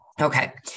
Okay